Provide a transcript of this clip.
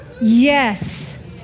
yes